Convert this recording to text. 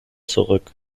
zurück